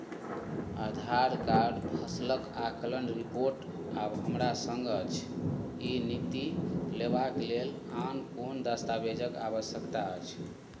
आधार कार्ड फसलक आकलन रिपोर्ट आब हमरा सङ्ग अछि ई नीति लेबाक लेल आन कोन दस्तावेजक आवश्यकता अछि